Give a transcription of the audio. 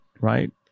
right